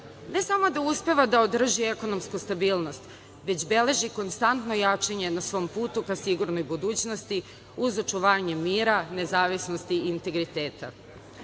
ne samo da uspeva da održi ekonomsku stabilnost, već beleži konstantno jačanje na svom putu na sigurnoj budućnosti uz očuvanje mira, nezavisnosti i integriteta. Dakle,